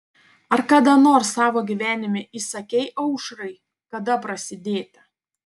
ar kada nors savo gyvenime įsakei aušrai kada prasidėti